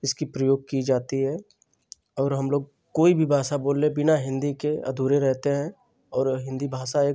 इसका प्रयोग किया जाता है और हमलोग कोई भी भाषा बोल लें बिना हिन्दी के अधूरे रहते हैं और हिन्दी भाषा एक